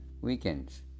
weekends